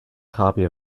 copy